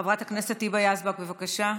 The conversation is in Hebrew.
חברת הכנסת היבה יזבק, בבקשה,